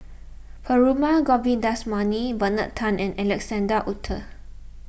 Perumal Govindaswamy Bernard Tan and Alexander Wolters